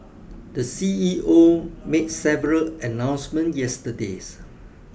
the C E O made several announcement yesterdays